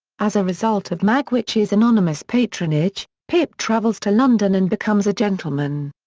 as a result of magwitch's anonymous patronage, pip travels to london and becomes a gentleman.